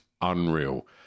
unreal